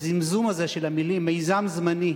הזמזום הזה של המלים "מיזם זמני"